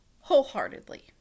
wholeheartedly